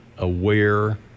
aware